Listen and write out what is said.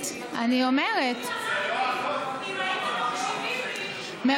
אני אמרתי, אם הייתם מקשיבים לי.